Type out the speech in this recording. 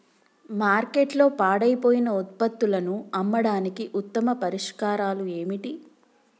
మార్కెట్లో పాడైపోయిన ఉత్పత్తులను అమ్మడానికి ఉత్తమ పరిష్కారాలు ఏమిటి?